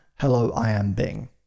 HelloIamBing